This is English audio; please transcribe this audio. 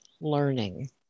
learning